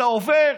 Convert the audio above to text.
אתה עובר